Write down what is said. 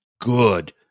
good